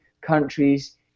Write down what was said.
countries